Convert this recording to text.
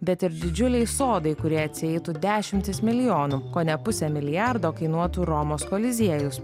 bet ir didžiuliai sodai kurie atsieitų dešimtis milijonų kone pusę milijardo kainuotų romos koliziejus